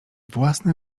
własne